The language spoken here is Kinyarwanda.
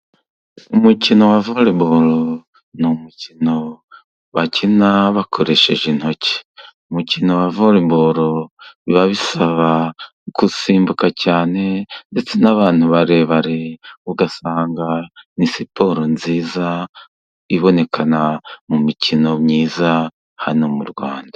Umukino wa volebolo ni umukino bakina bakoresheje intoki, umukino wa volebo biba bisaba gusimbuka cyane, ndetse n'abantu barebare, ugasanga ni siporo nziza ibonekana mu mikino myiza hano mu Rwanda.